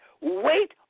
Wait